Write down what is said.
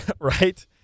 right